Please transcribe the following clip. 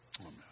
amen